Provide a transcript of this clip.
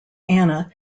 anna